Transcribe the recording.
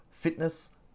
fitness